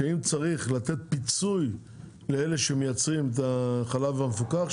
שאם צריך לתת פיצוי לאלה שמייצרים את החלב המפוקח,